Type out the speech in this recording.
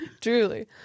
truly